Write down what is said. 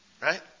Right